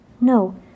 No